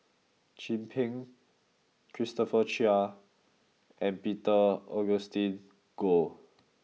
Chin Peng Christopher Chia and Peter Augustine Goh